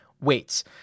weights